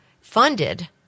funded